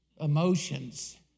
emotions